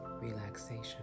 relaxation